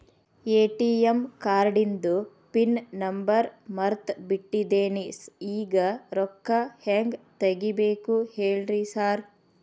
ATM ಕಾರ್ಡಿಂದು pin number ಮರ್ತ್ ಬಿಟ್ಟಿದೇನಿ ಈಗ ರೊಕ್ಕಾ ಹೆಂಗ್ ತೆಗೆಬೇಕು ಹೇಳ್ರಿ ಸಾರ್